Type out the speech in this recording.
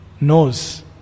knows